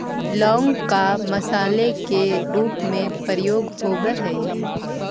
लौंग का मसाले के रूप में प्रयोग होवअ हई